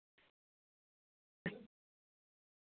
काहीच नाही आता कामं झाले होते घरचे